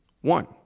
One